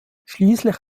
schließlich